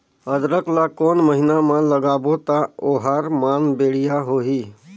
अदरक ला कोन महीना मा लगाबो ता ओहार मान बेडिया होही?